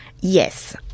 Yes